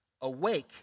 awake